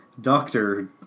Doctor